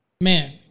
man